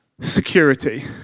Security